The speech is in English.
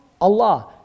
Allah